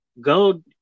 go